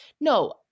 No